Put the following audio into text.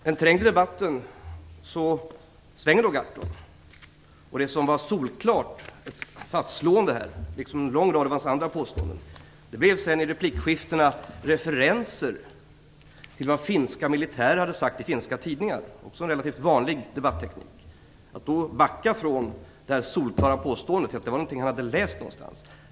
Men trängd i debatten svänger Gahrton, och det som var ett solklart fastslående blir, liksom när det gäller en rad andra påståenden, i replikskiftena referenser till vad finska militärer har uttalat i finska tidningar. Det är en för Per Gahrton relativt vanlig debatteknik att reducera ett först solklart påstående till något som han har läst någonstans.